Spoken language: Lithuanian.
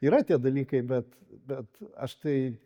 yra tie dalykai bet bet aš tai